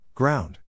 Ground